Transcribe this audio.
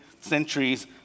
centuries